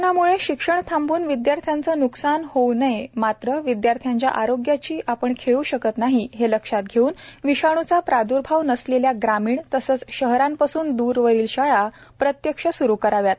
कोरोनामुळे शिक्षण थांबून विदयार्थ्यांचे नुकसान होऊ नये मात्र विदयार्थ्यांच्या आरोग्याशी आपण खेळू शकत नाही हे लक्षात घेऊन विषाणूचा प्रादुर्भाव नसलेल्या ग्रामीण तसेच शहरांपासून द्रवरील शाळा प्रत्यक्ष सुरु कराव्यात